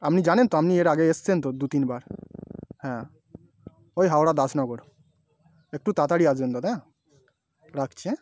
আপনি জানেন তো আপনি এর আগে এসেছেন তো দু তিনবার হ্যাঁ ওই হাওড়া দাসনগর একটু তাড়াতাড়ি আসবেন দাদা হ্যাঁ রাখছি অ্যাঁ